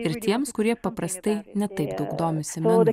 ir tiems kurie paprastai ne taip daug domisi menu